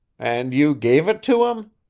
and you gave it to him?